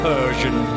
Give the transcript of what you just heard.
Persian